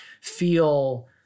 feel